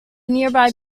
nearby